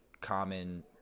common